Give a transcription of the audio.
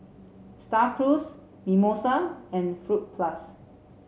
Star Cruise Mimosa and Fruit Plus